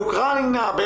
באוקראינה,